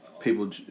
People